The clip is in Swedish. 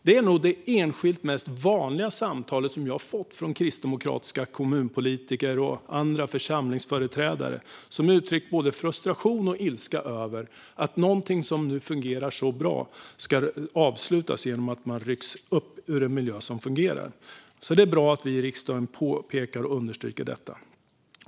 Det är nog det enskilt mest vanliga samtalet jag fått från kristdemokratiska kommunpolitiker och företrädare för församlingar. De har uttryckt både frustration och ilska över att någonting som fungerar så bra ska avslutas genom att människor rycks upp ur en miljö som fungerar. Det är bra att vi i riksdagen påpekar och understryker detta.